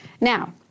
Now